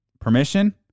permission